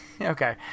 Okay